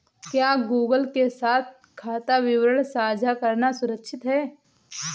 क्या गूगल के साथ खाता विवरण साझा करना सुरक्षित है?